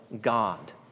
God